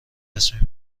تصمیم